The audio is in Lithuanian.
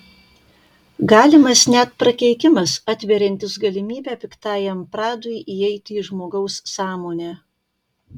galimas net prakeikimas atveriantis galimybę piktajam pradui įeiti į žmogaus sąmonę